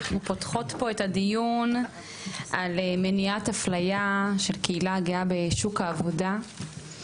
אנחנו פותחות פה את הדיון על מניעת אפליה של קהילה גאה בשוק העבודה.